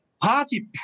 party